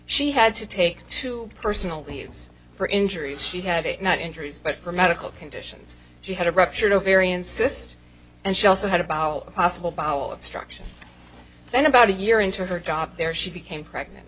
she had to take to personal use for injuries she had it not injuries but for medical conditions she had a ruptured ovarian cyst and she also had about a possible bottle of structure then about a year into her job there she became pregnant